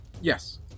Yes